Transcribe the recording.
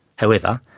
however,